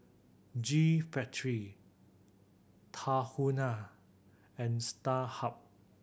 G Factory Tahuna and Starhub